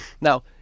Now